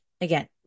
again